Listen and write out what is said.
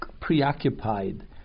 preoccupied